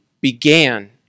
began